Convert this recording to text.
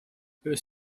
was